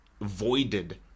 voided